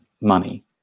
money